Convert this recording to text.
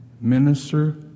minister